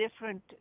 different